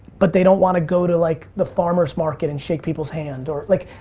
but they don't want to go to like the farmer's market and shake people's hand, or like,